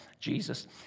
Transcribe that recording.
Jesus